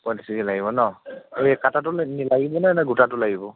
পঁইত্ৰিছ কেজি লাগিব ন' কটাটো লাগিবনে নে গোটাটো লাগিব